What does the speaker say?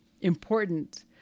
important